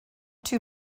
too